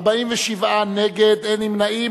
47 נגד, אין נמנעים.